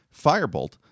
Firebolt